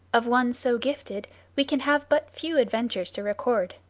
of one so gifted we can have but few adventures to record.